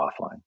offline